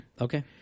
Okay